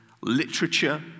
literature